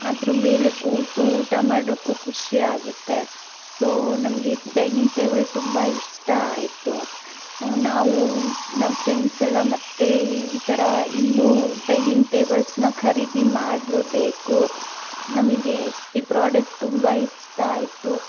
ಅದ್ರ ಮೇಲೆ ಕೂತು ಊಟ ಮಾಡೋಕ್ಕೂ ಖುಷಿಯಾಗುತ್ತೆ ಸೋ ನಮಗೆ ಡೈನಿಂಗ್ ಟೇಬಲ್ ತುಂಬ ಇಷ್ಟ ಆಯಿತು ನಾವು ನಮ್ಮ ಫ್ರೆಂಡ್ಸ್ ಎಲ್ಲ ಮತ್ತೆ ಈ ಥರ ಇನ್ನೂ ಡೈನಿಂಗ್ ಟೇಬಲ್ಸ್ನ ಖರೀದಿ ಮಾಡ್ಲೇಬೇಕು ನಮಗೆ ಈ ಪ್ರಾಡಕ್ಟ್ ತುಂಬ ಇಷ್ಟ ಆಯಿತು